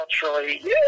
culturally